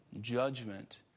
judgment